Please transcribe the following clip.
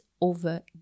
Over